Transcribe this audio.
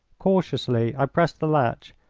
cautiously i pressed the latch,